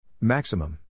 Maximum